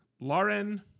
Lauren